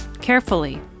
carefully